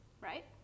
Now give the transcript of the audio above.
right